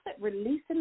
releasing